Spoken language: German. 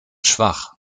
schwach